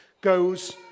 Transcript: goes